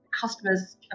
customers